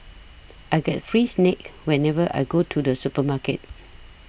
I get free snacks whenever I go to the supermarket